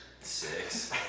Six